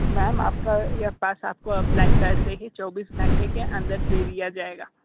ma'am आपका यह pass आपको अप्लाई करते ही चौबीस घंटे के अन्दर दे दिया जाएगा